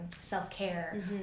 self-care